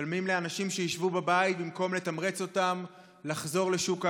משלמים לאנשים שישבו בבית במקום לתמרץ אותם לחזור לשוק העבודה,